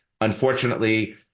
Unfortunately